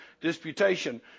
disputation